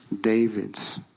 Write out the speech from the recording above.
David's